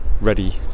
ready